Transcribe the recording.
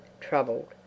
troubled